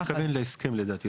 הוא מתכוון להסכם לדעתי,